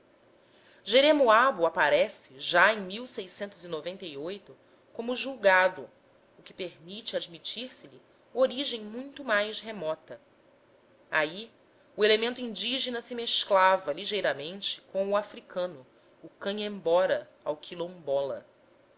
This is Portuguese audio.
jeremoabo aparece já em como julgado o que permite admitir se lhe origem muito mais remota aí o elemento indígena se mesclava ligeiramente com o africano o canhembora ao quilombola